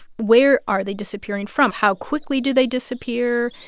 where are they disappearing from? how quickly do they disappear?